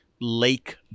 lake